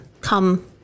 come